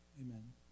Amen